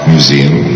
Museum